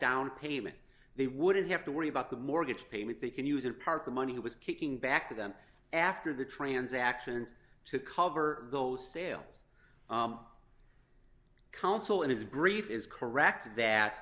downpayment they wouldn't have to worry about the mortgage payments they can use and part of the money was kicking back to them after the transactions to cover those sales counsel in his brief is correct that